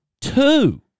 Two